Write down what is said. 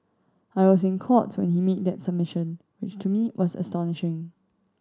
I was in Court when he made that submission which to me was astonishing